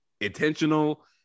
intentional